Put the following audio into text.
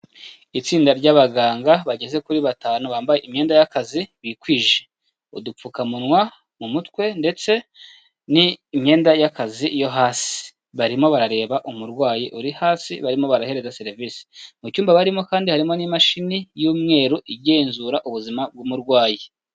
Itsinda ry'abaganga bageze kuri batanu bambaye imyenda y'akazi bikwije. Udupfukamunwa mu mutwe ndetse n'imyenda y'akazi yo hasi. Barimo barareba umurwayi uri hasi, barimo barahereza serivise. Mu cyumba barimo kandi harimo n'imashini y'umweru, igenzura ubuzima bw'umurwayi.